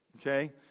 okay